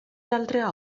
l’altre